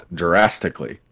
drastically